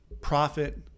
profit